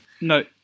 No